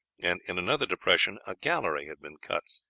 and in another depression a gallery had been cut,